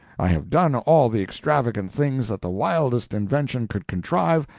i have done all the extravagant things that the wildest invention could contrive,